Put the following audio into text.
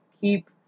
keep